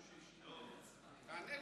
תענה לי.